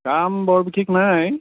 কাম বৰ বিশেষ নাই